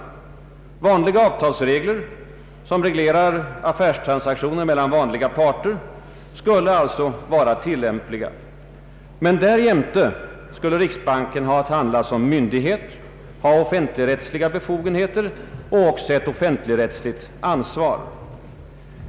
Vanliga avtalsregler, som reglerar affärstransaktioner mellan vanliga parter, skulle alltså vara tillämpliga, men därjämte skulle riksbanken ha att handla som myndighet, ha offentligrättsliga befogenheter och också ett offentligrättsligt ansvar.